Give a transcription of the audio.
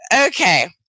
Okay